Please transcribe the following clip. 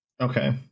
Okay